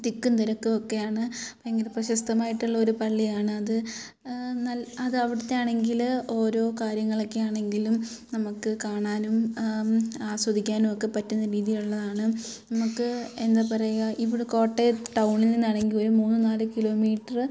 തിക്കും തിരക്കും ഒക്കെയാണ് ഭയങ്കര പ്രശസ്തമായിട്ടുള്ള ഒരു പള്ളിയാണത് എന്നാൽ അതവിടുത്തെ ആണെങ്കിൽ ഓരോ കാര്യങ്ങളൊക്കെ ആണെങ്കിലും നമുക്ക് കാണാനും ആസ്വദിക്കാനും ഒക്കെ പറ്റുന്ന രീതിയിലുള്ളതാണ് നമുക്ക് എന്താണ് പറയുക ഇവിടെ കോട്ടയം ടൗണിൽ നിന്നാണെങ്കിൽ ഒരു ഒരു മൂന്ന് നാല് കിലോമീറ്റർ